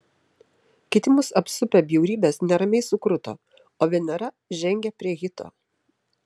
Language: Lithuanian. kiti mus apsupę bjaurybės neramiai sukruto o venera žengė prie hito